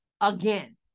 again